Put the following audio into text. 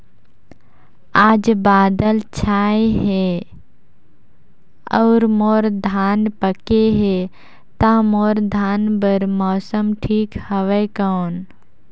आज बादल छाय हे अउर मोर धान पके हे ता मोर धान बार मौसम ठीक हवय कौन?